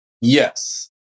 Yes